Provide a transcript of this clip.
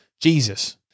Jesus